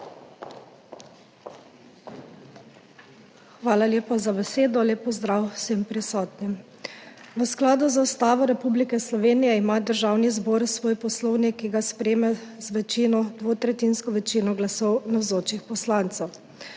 Hvala lepa za besedo. Lep pozdrav vsem prisotnim! V skladu z Ustavo Republike Slovenije ima Državni zbor svoj poslovnik, ki ga sprejme z dvotretjinsko večino glasov navzočih poslancev.